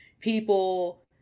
people